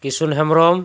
Kisun Hembrom